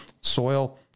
soil